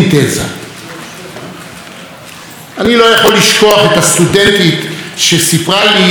אני לא יכול לשכוח את הסטודנטית שסיפרה לי על ההלם שחשה כאשר שאלה